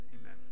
amen